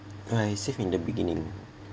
I save in the beginning